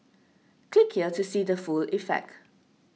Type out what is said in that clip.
click here to see the full effect